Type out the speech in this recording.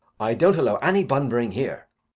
i don't allow any bunburying here.